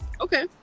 Okay